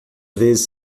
vezes